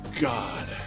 God